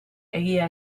egia